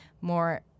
more—